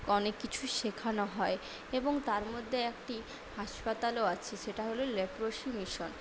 অনেক কিছুই শেখানো হয় এবং তার মধ্যে একটি হাসপাতালও আছে সেটা হল লেপ্রোসি মিশন